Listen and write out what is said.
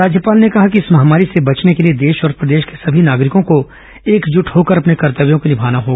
राज्यपाल ने कहा कि इस महामारी से बचने के लिये देश और प्रदेश के सभी नागरिकों को एकजुट होकर अपने कर्तव्यों को निभाना है